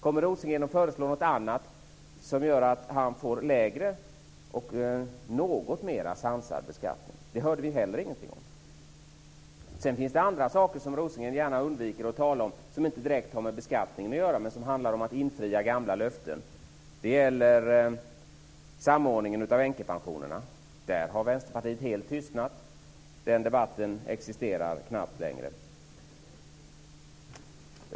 Kommer Rosengren att föreslå någonting annat som gör att Persson kan få en lägre och något mer sansad beskattning? Det hörde vi heller ingenting om. Sedan finns det andra saker som Rosengren gärna undviker att tala som inte direkt har med beskattningen att göra men som handlar om att infria gamla löften. Det gäller samordningen av änkepensionerna. Där har Vänsterpartiet helt tystnat. Den debatten existerar knappt längre.